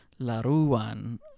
Laruan